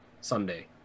Sunday